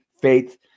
faith